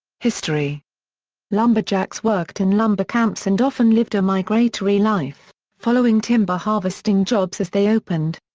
history lumberjacks worked in lumber camps and often lived a migratory life, following timber harvesting jobs as they opened.